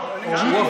אבל רוצים לדבר.